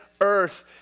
earth